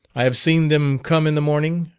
i have seen them come in the morning,